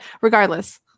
regardless